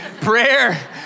prayer